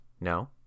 no